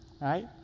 right